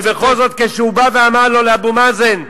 ובכל זאת, כשהוא בא ואמר לו לאבו מאזן: